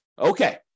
Okay